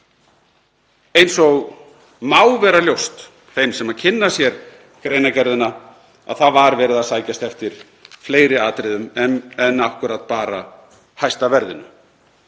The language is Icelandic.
og þeim má vera ljóst sem kynna sér greinargerðina var verið að sækjast eftir fleiri atriðum en akkúrat bara hæsta verðinu.